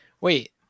Wait